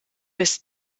bis